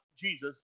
Jesus